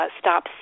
stop